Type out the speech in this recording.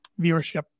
viewership